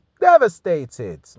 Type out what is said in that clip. devastated